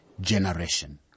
generation